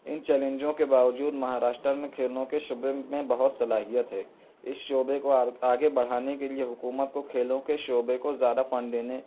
ان چیلنجوں کے باوجود مہاراشٹر میں کھیلوں کے شعبے میں بہت صلاحیت ہے اس شعبے کو اور آگے بڑھانے کے لیے حکومت کو کھیلوں کے شعبے کو ذیادہ فنڈ دینے